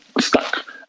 stuck